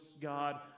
God